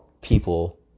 people